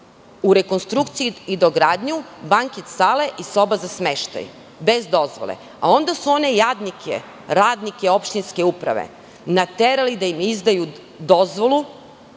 za rekonstrukciji i dogradnju banket sale i soba za smeštaj, bez dozvole. Onda su one jadnike, radnike opštinske uprave, naterali da im izdaju dozvolu